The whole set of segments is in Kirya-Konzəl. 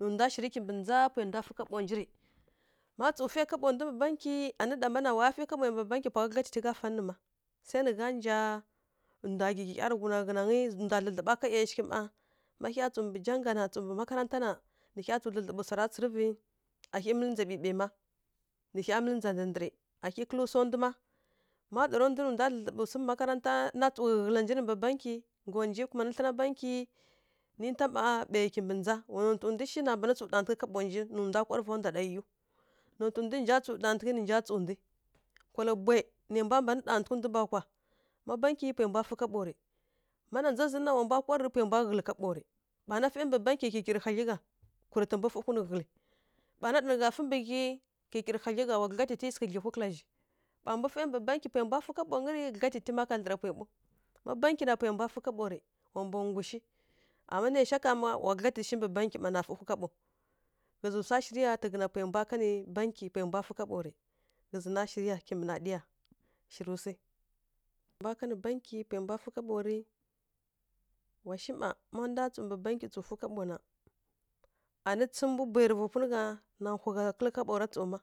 Nǝ ndwa shirǝ kimbǝ ndza pwai ndwa fǝ kaɓo zirǝ, má tsǝw fai kaɓo nji mbǝ bankyi ani ɗa mana wa ya fai kaɓo mbǝ bankyi pwa gha gǝdlyatiti gha fan nǝ má. Sai nǝ gha nja ndwa gǝggyi ˈyarǝghum rǝ ghǝnangǝ, ndwa dlǝdlǝɓa ka ˈyashighǝ mma, má hya tsǝw mbǝ janga na, tsǝw mbǝ makaranta na, nǝ hya tsǝw dlǝdlǝɓǝ swara tsǝrǝvǝ. A hyi mǝlǝ ndza ɓǝɓai má, nǝ hya mǝlǝ ndza ndǝ ndǝrǝ, a hyi kǝlǝ swo ndu ma, ma ɗara ndwi nǝ nja tsǝw dlǝdlǝɓǝ swu mbǝ makaranta, nǝ nja tsǝw ghǝghǝlǝ swunǝ mbǝ bankyi, ngam wa nja kumanǝ thlǝna bankyi nint mma ɓai kimbǝ ndza. Wa nontǝ ndu shi na mban tsǝw ɗantǝghǝ kaɓo nji, nǝ ndwa kwarǝ va ká ndwa ɗa ˈiyiˈiyiw. Nontǝ ndu nǝ nja tsǝw ɗantǝghǝ nǝ nja tsǝw dǝ́. Nkwala bwayi nai mbwa dan tsǝw ɗantǝghǝ ba kwa. Má bankyi pwai mbwa fǝ kaɓo rǝ, mana ndza zǝn na wa mbwa kwarǝ pwai mbwa ghǝlǝ kaɓo rǝ, ɓa na fai mbǝ bankyi kikirǝ hadlyi gha kurǝtǝ mbu fǝhwi nǝ ghǝlǝ, ɓa na ɗana nǝ gha fai mbǝ ghyi, kikirǝ hadlyi gha wa gǝdlyatityi sǝghǝ dlyihwi kǝla gha, ɓa na fǝ mbǝ bankyi pwai mbwa fǝ kaɓongǝ rǝ gǝdlyatityi ma ka dlǝra kwai ɓaw, ma bankyi na pwai mbwa fǝ kaɓo rǝ wa mbwa nggu shi, ama naisha ƙha ma wa gǝdlyatityi shi mbǝ bankyi na fǝhwi kaɓo ghǝzǝ swa shirǝ ya tǝghǝna pwai mbwa kanǝ bankyi pwai mbwa fǝ kaɓo rǝ, ghǝzǝ na shirǝ ya kimbǝ na ɗǝya, shirǝw swi. Pwai mbwa kanǝ bankyi pwai mbwa fǝ kaɓo rǝ, wa shi ma, ma ndwa tsǝw mbǝ bankyi tsǝw fǝ kaɓo na, anǝ tsǝmǝ mbu bwayi rǝ vapunǝ gha na hwi gha kǝlǝ kaɓo ra tsǝw mma.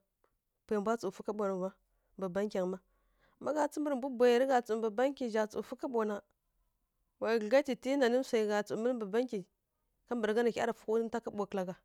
Pwai mbwa tsǝw fǝ kaɓo ra mma, mbǝ bankyangǝ mma. Má gha tsǝmǝrǝ mbu bwayi tsǝw mbǝ bankyi zha tsǝw fǝ kaɓo na, wa gǝdlyatityi nanǝ swai gha tsǝw mǝlǝ mbǝ bankyi, kambǝragha nǝ hya rǝ fǝhwi ninta kaɓo kǝla gha.